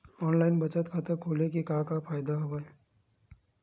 online बचत खाता खोले के का का फ़ायदा हवय